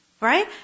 right